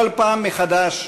בכל פעם מחדש,